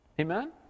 Amen